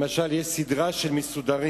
למשל, יש סדרה "מסודרים",